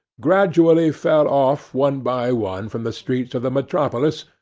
gradually fell off one by one from the streets of the metropolis,